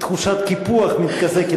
תחושת קיפוח מתחזקת